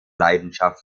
leidenschaft